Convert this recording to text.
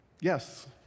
Yes